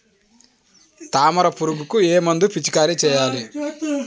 తామర పురుగుకు ఏ మందు పిచికారీ చేయాలి?